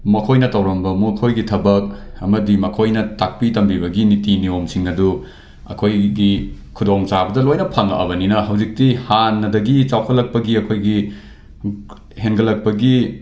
ꯃꯈꯣꯏꯅ ꯇꯧꯔꯝꯕ ꯃꯈꯣꯏꯒꯤ ꯊꯕꯛ ꯑꯃꯗꯤ ꯃꯈꯣꯏꯅ ꯇꯥꯛꯄꯤ ꯇꯝꯕꯤꯕꯒꯤ ꯅꯤꯇꯤ ꯅꯤꯌꯣꯝꯁꯤꯡ ꯑꯗꯨ ꯑꯩꯈꯣꯏꯒꯤ ꯈꯨꯗꯣꯡ ꯆꯥꯕꯗ ꯂꯣꯏꯅ ꯐꯪꯂꯛꯂꯕꯅꯤꯅ ꯍꯧꯖꯤꯛꯇꯤ ꯍꯥꯟꯅꯗꯒꯤ ꯆꯥꯎꯈꯠꯂꯛꯄꯒꯤ ꯑꯩꯈꯣꯏꯒꯤ ꯍꯦꯟꯒꯠꯂꯛꯄꯒꯤ